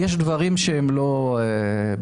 יש דברים שהם לא בשליטתי.